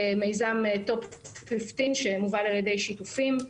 במיזם "חמשת הגדולים" שמובל על ידי שיתופים.